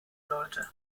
sollte